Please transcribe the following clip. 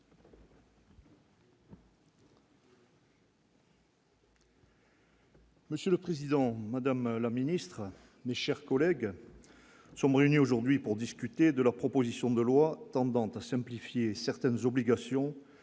Monsieur le Président, Madame la ministre, cher collègue, sommes réunit aujourd'hui pour discuter de la proposition de loi tendant à simplifier certaines obligations